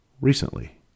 recently